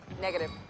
Negative